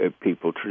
people